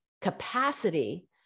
capacity